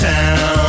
Town